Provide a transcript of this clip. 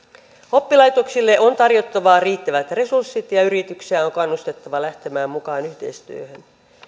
oppilaitoksille on tarjottava riittävät resurssit ja yrityksiä on kannustettava lähtemään mukaan yhteistyöhön